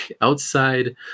Outside